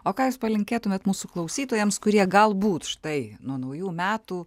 o ką jūs palinkėtumėt mūsų klausytojams kurie galbūt štai nuo naujų metų